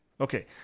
okay